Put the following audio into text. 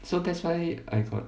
so that's why I got curious